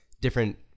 different